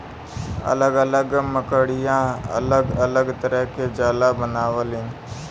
अलग अलग मकड़िया अलग अलग तरह के जाला बनावलीन